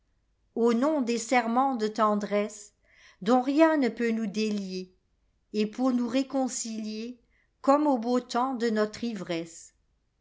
au riom des serments de tendresse dont rien ne peut nous délier et pour nous réconciliercomme au beau temps de notre ivresse